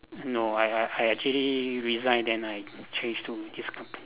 no I I I actually resign and I change to this company